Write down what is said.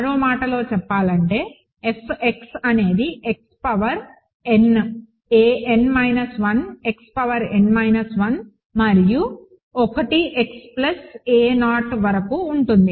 మరో మాటలో చెప్పాలంటే F x అనేది x power n a n 1 xn 1 మరియు 1 x ప్లస్ a 0 వరకు ఉంటుంది